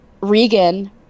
Regan